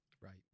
Right